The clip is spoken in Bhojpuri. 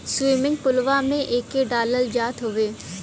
स्विमिंग पुलवा में एके डालल जात हउवे